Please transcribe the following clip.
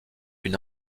une